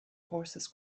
horses